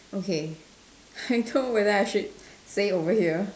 okay I don't know whether I should say it over here